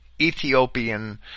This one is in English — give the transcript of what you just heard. Ethiopian